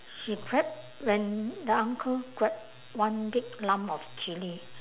he prep when the uncle grab one big lump of chilli